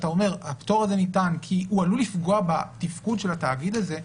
אתה אומר שהפטור הזה ניתן כי הוא עלול לפגוע בתפקוד של התאגיד הזה,